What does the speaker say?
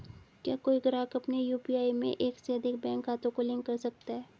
क्या कोई ग्राहक अपने यू.पी.आई में एक से अधिक बैंक खातों को लिंक कर सकता है?